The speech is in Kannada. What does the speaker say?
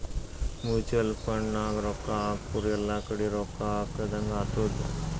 ಮುಚುವಲ್ ಫಂಡ್ ನಾಗ್ ರೊಕ್ಕಾ ಹಾಕುರ್ ಎಲ್ಲಾ ಕಡಿ ರೊಕ್ಕಾ ಹಾಕದಂಗ್ ಆತ್ತುದ್